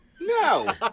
No